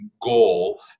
goal